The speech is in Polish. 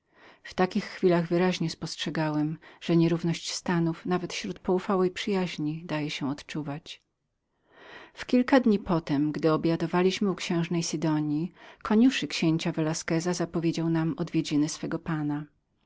w podobnych to razach wyraźnie spostrzegałem że nierówność stanów nawet na łonie poufałej przyjaźni dawała się uczuwać w kilka dni potem gdy obiadowaliśmy u księżny sidonji koniuszy księcia velasqueza zapowiedział nam odwiedziny swego pana